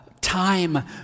time